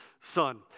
son